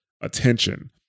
attention